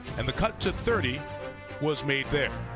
and the cut to thirty was made there.